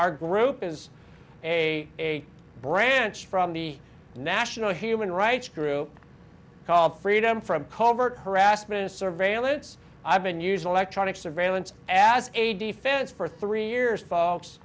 our group is a branch from the national human rights group called freedom from covert harassment surveillance i've been using electronic surveillance as a defense for three years f